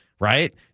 right